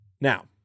Now